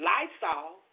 Lysol